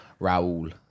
Raul